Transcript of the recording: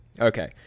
Okay